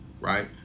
right